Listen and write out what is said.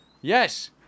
Yes